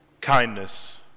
kindness